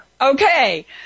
Okay